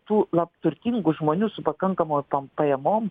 tų lab turtingų žmonių su pakankamom tom pajamom